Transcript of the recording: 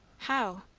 how?